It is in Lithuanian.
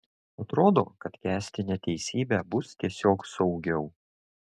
atrodo kad kęsti neteisybę bus tiesiog saugiau